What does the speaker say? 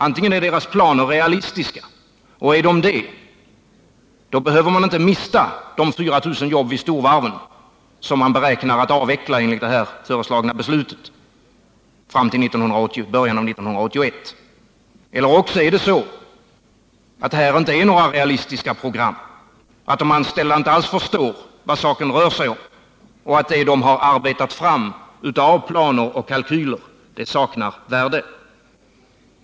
Antingen är deras planer realistiska, och är de det behöver man inte mista de 4 000 som man enligt förslaget räknar med att avveckla vid storvarven fram till början av 1981, eller också är det så att det här inte är fråga om några realistiska program, att de anställda alls inte förstår vad saken rör sig om och att det som dessa arbetat fram av planer och kalkyler saknar värde.